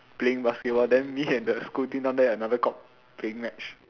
playing basketball then me and the school team down there another got playing match